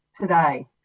today